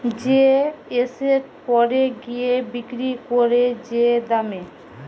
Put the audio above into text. যে এসেট পরে গিয়ে বিক্রি করে যে দামে